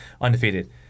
undefeated